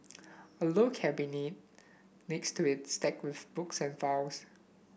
a low cabinet next to it's stacked with books and files